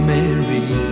Mary